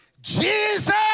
Jesus